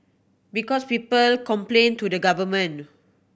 because people complain to the government